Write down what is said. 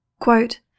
Quote